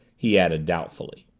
he added doubtfully.